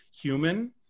human